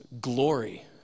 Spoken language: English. glory